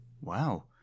Wow